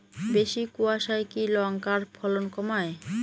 বেশি কোয়াশায় কি লঙ্কার ফলন কমায়?